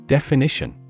Definition